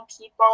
people